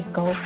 go